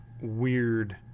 weird